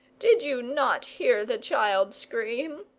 did you not hear the child scream?